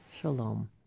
Shalom